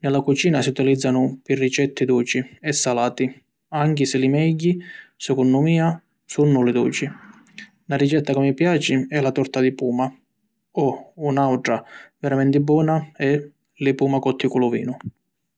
Ni la cucina si utilizzanu pi ricetti duci e salati anchi si li megghi, secunnu mia, sunnu li duci. Na ricetta ca mi piaci e la torta di puma o una autra veramenti bona è li puma cotti cu lu vinu.